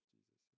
Jesus